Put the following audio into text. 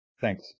Thanks